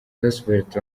roosevelt